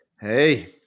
Hey